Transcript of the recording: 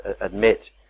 admit